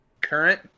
Current